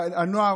הנוער,